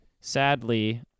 sadly